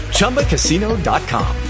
ChumbaCasino.com